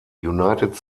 united